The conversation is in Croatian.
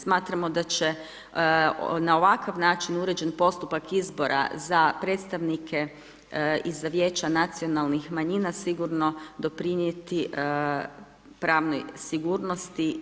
Smatramo da će na ovakav način uređen postupak izbora za predstavnike i za vijeća nacionalnih manjina sigurno doprinijeti pravnoj sigurnosti.